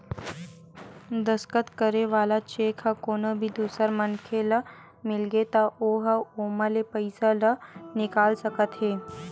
दस्कत करे वाला चेक ह कोनो भी दूसर मनखे ल मिलगे त ओ ह ओमा ले पइसा ल निकाल सकत हे